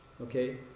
Okay